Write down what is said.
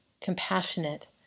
compassionate